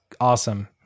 awesome